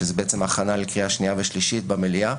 של הכנה לקריאה שנייה ושלישית במליאה,